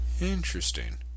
Interesting